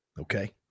Okay